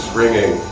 ringing